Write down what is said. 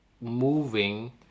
moving